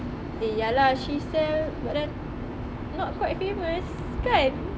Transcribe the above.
eh ya lah she sell but then not quite famous kan